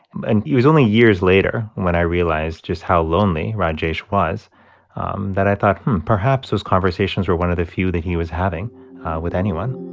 and it was only years later when i realized just how lonely rajesh was um that i thought perhaps those conversations were one of the few that he was having with anyone